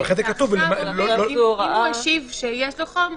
זה תיקון שהכנסנו אתמול - בהתאם להוראות סעיף 3ה לצו בידוד בית,